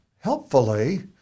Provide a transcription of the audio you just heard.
helpfully